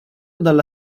dalla